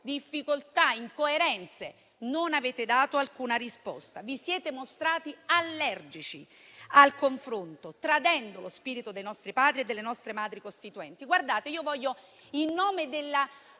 difficoltà e incoerenze, non avete dato alcuna risposta e vi siete mostrati allergici al confronto, tradendo lo spirito dei nostri Padri e delle nostre Madri costituenti. In nome della